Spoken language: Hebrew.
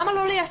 למה לא ליישם?